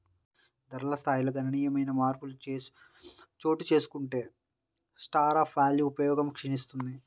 ధరల స్థాయిల్లో గణనీయమైన మార్పులు చోటుచేసుకుంటే స్టోర్ ఆఫ్ వాల్వ్ ఉపయోగం క్షీణిస్తుంది